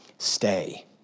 Stay